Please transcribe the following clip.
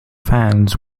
fans